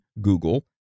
Google